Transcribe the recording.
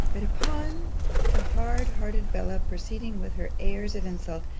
but upon the hard-hearted bella's proceeding with her airs of insult,